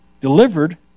delivered